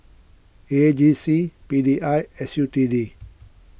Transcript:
A G C P D I S U T D